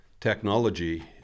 technology